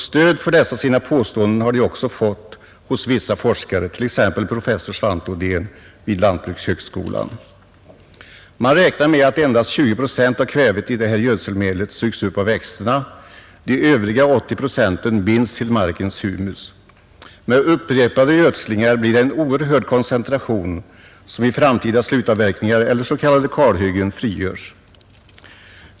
Stöd för dessa sina påståenden har de också fått hos vissa forskare, t.ex. professor Svante Odén vid lantbrukshögskolan. Man räknar med att endast 20 procent av kvävet i det här gödselmedlet sugs upp av växterna, de övriga 80 procenten binds till markens humus. Med upprepade gödslingar blir det en oerhörd koncentration som vid framtida slutavverkningar eller s.k. kalhyggen frigörs.